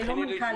תודה רבה לך.